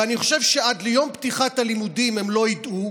ואני חושב שעד ליום פתיחת הלימודים הם לא ידעו,